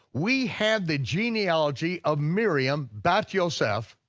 we have the genealogy of miriam bat yoseph,